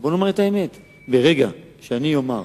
בואו נאמר את האמת, מרגע שאני אומר,